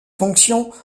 fonctions